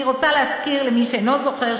אני רוצה להזכיר למי שאינו זוכר,